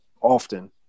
often